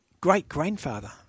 great-grandfather